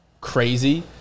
crazy